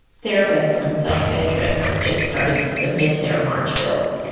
therapists and psychiatrists are just starting to submit their march bills,